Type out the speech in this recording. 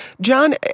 John